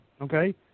okay